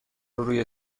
روی